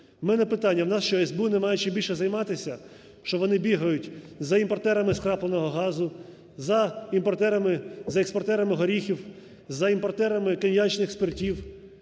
У мене питання. У нас що, СБУ немає чим більше займатися, що вони бігають за імпортерами скрапленого газу, за експортерами горіхів, за імпортерами коньячних спиртів?